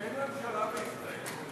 אין ממשלה בישראל.